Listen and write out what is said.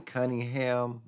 Cunningham